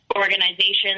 organizations